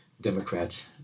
Democrats